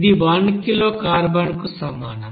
ఇది 1 కిలో కార్బన్కు సమానం